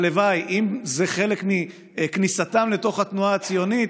הלוואי, אם זה חלק מכניסתם לתוך התנועה הציונית,